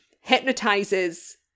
hypnotizes